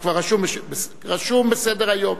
רשום בסדר-היום,